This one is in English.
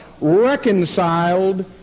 reconciled